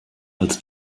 als